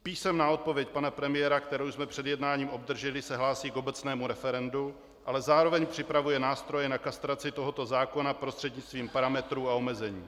Písemná odpověď pana premiéra, kterou jsme před jednáním obdrželi, se hlásí k obecnému referendu, ale zároveň připravuje nástroje na kastraci tohoto zákona prostřednictvím parametrů a omezení.